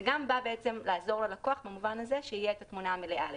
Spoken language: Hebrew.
זה בא בעצם לעזור ללקוח בכך שתהיה את התמונה המלאה לגביו.